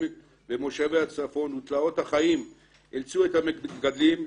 במושבי הצפון ותלאות החיים אילצו את המגדלים,